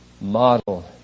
model